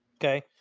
Okay